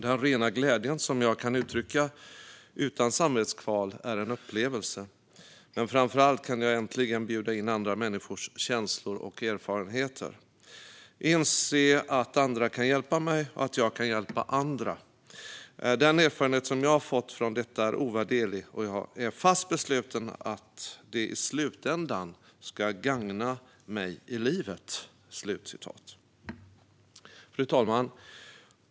Den rena glädje som jag uttrycka utan samvetskval är en upplevelse, men framför allt kan jag äntligen bjuda in andra människors känslor och erfarenheter, inse att andra kan hjälpa mig och att jag kan hjälpa andra. Den erfarenhet som jag har fått från detta är ovärderlig, och jag är fast besluten att det i slutändan ska gagna mig i livet." Fru talman!